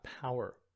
power